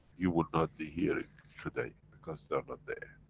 you would not be hearing today, because they are not there.